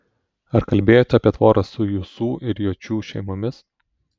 ar kalbėjote apie tvorą su jusų ir jočių šeimomis